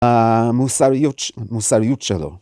המוסריות, מוסריות שלו.